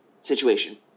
situation